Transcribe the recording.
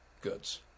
goods